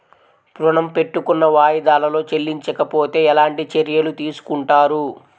ఋణము పెట్టుకున్న వాయిదాలలో చెల్లించకపోతే ఎలాంటి చర్యలు తీసుకుంటారు?